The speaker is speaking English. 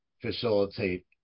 facilitate